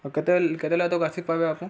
କେତେ କେତେବେଳେ ତକ୍ ଆସିିପାରିବେ ଆପଣ